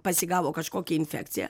pasigavo kažkokią infekciją